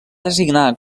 designar